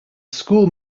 school